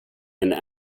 and